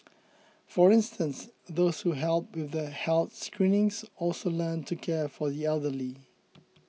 for instance those who helped with the health screenings also learnt to care for the elderly